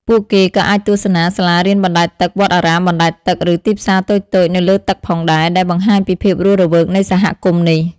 ពួកគេក៏អាចទស្សនាសាលារៀនបណ្ដែតទឹក វត្តអារាមបណ្ដែតទឹក ឬទីផ្សារតូចៗនៅលើទឹកផងដែរ ដែលបង្ហាញពីភាពរស់រវើកនៃសហគមន៍នេះ។